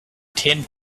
ten